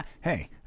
Hey